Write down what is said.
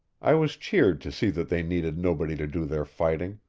i was cheered to see that they needed nobody to do their fighting,